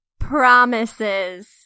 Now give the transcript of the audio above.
promises